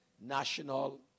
national